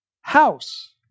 house